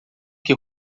que